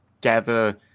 gather